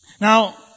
Now